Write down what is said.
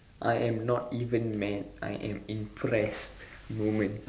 I am not even mad I am impressed moment